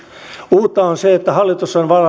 uutta on se että hallitus on